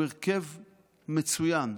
הוא הרכב מצוין.